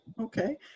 Okay